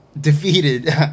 defeated